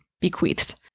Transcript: bequeathed